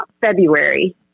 February